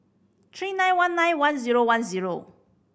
three nine one nine one zero one zero